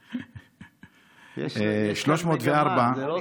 יש כאן מגמה, זה לא סתם.